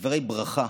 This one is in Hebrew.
בדברי ברכה